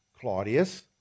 Claudius